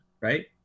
right